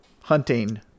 hunting